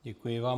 Děkuji vám.